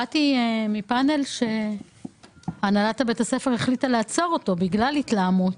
באתי מפנל שהנהלת בית הספר החליטה לעצור בגלל התלהמות,